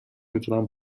میتونم